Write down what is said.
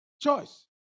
choice